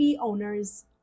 owners